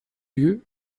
lieu